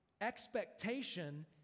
expectation